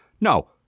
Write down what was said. no